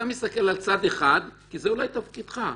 אתה מסתכל על צד אחד כי זה אולי תפקידך.